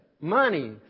money